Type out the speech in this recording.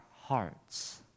hearts